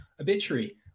obituary